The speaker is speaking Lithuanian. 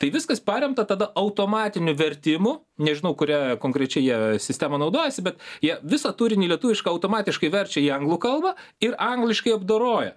tai viskas paremta tada automatiniu vertimu nežinau kuria konkrečiai jie sistema naudojasi bet jie visą turinį lietuvišką automatiškai verčia į anglų kalbą ir angliškai apdoroja